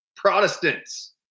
Protestants